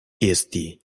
esti